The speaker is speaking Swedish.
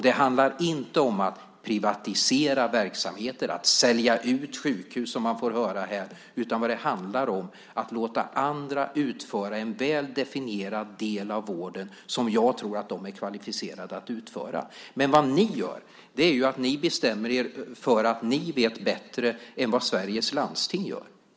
Det handlar inte om att privatisera verksamheter och sälja ut sjukhus, som man har sagt i debatten här, utan om att låta andra utföra en väl definierad del av vården som jag tror att de är kvalificerade att utföra. Ni, däremot, bestämmer er för att ni vet bättre än Sveriges landsting.